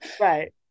Right